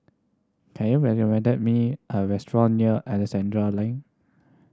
can you recommend me a restaurant near Alexandra Lane